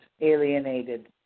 alienated